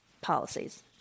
policies